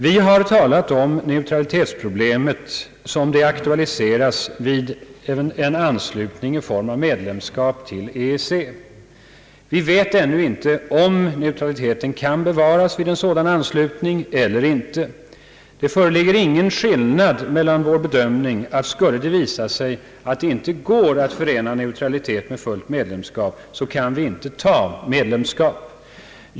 Vi har gemensamt talat om neutralitetsproblemet som det aktualiseras vid en anknytning till EEC i form av medlemskap. Vi vet ännu inte huruvida neutraliteten kan bevaras vid en sådan anslutning eller ej. Det föreligger ingen skillnad i vår bedömning och regeringens — skulle det visa sig att neutralitet inte går att förena med fullt medlemskap så kan vi inte ta medlemskap.